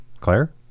Claire